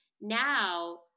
Now